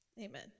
Amen